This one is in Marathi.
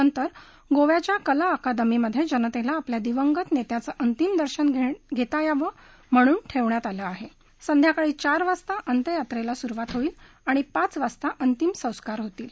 नंतर गोव्याच्या कलाअकादमीमधे जनतेला आपल्या दिवंगत नेत्याचं अंतिम दर्शन घेता यावं म्हणून ठववियात आलं आहा संध्याकाळी चार वाजता अंत्ययात्रेला सुरुवात होईल आणि पाच वाजता अंतिम संस्कार होतील